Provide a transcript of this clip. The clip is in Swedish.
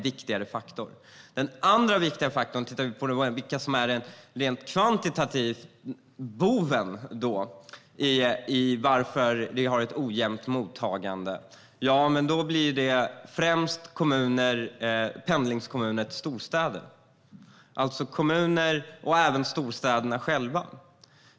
Den andra sortens kommuner och den andra viktiga faktorn, om vi tittar på vilka som rent kvantitativt är bovarna i det ojämna mottagandet, är främst pendlingskommuner till storstäder och även storstäderna själva.